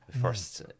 first